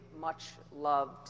much-loved